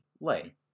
lay